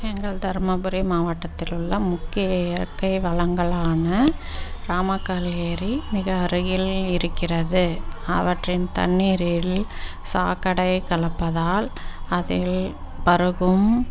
எங்கள் தருமபுரி மாவட்டத்தில் உள்ள முக்கிய இயற்கை வளங்களான ராமக்கல் ஏரி மிக அருகில் இருக்கிறது அவற்றின் தண்ணீரில் சாக்கடை கலப்பதால் அதில் பருகும்